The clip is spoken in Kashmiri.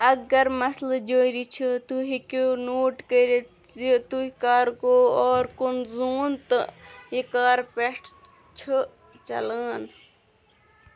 اگر مسَلہٕ جٲرِی چھُ تُہۍ ہیٚکِو نوٹ کٔرتھ زِتُہۍ کرگوٚو اور كُن ظۅن تہٕ یہِ كرٕ پیٚٹھ چھُ چلان